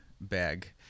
bag